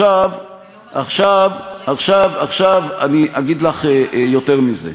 זה לא מה שקרה, אני אגיד לך יותר מזה.